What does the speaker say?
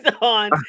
on